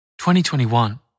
2021